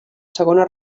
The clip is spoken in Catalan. segona